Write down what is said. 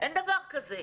אין דבר כזה.